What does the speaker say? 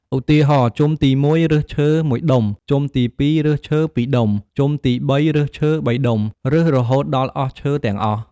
ឧទាហរណ៍ ជុំទី១ រើសឈើ ១ដុំ ជុំទី ២ រើសឈើ ២ ដុំ ជុំទី៣ រើសឈើ ៣ ដុំ រើសរហូតដល់អស់ឈើទាំងអស់។